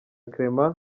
clement